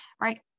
right